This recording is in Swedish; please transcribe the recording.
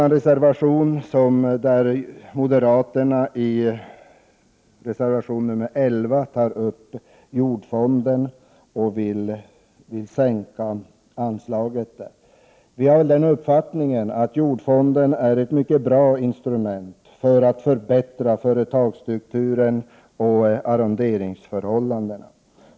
I reservation 11 föreslår de moderata utskottsledamöterna att anslaget till jordfonden skall minskas. Vi har den uppfattningen att jordfonden är ett mycket bra instrument för att förbättra företagsstrukturen och arronderingsförhållandena.